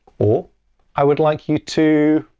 ah i would like you to,